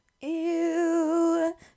Ew